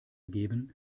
geben